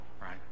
right